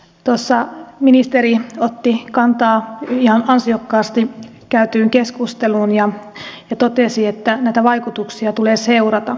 tuossa ministeri otti kantaa ihan ansiokkaasti käytyyn keskusteluun ja totesi että näitä vaikutuksia tulee seurata